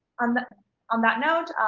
on that on that note,